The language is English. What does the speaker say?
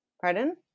Pardon